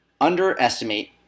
underestimate